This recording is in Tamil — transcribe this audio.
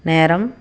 நேரம்